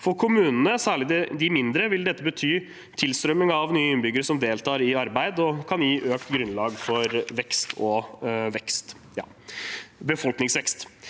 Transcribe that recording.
For kommunene – særlig de mindre – vil det bety tilstrømming av nye innbyggere som deltar i arbeid, og det kan gi grunnlag for økt befolkningsvekst.